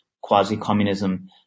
quasi-communism